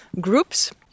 groups